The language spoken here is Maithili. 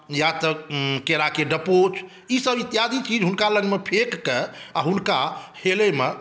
या तऽ केराक डपौर ईसभ इत्यादि चीज़ हुनका लग फेंकके हुनका हेलैमे